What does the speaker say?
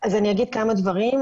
אני אגיד כמה דברים,